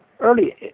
early